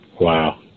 Wow